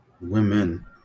women